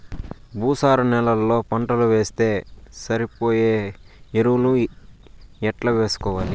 భూసార నేలలో పంటలు వేస్తే సరిపోయే ఎరువులు ఎట్లా వేసుకోవాలి?